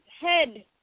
head